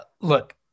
Look